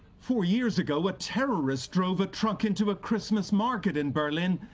four years ago a terrorist drove a truck into a christmas market in berlin,